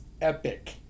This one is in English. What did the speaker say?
epic